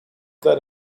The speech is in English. that